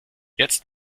jetzt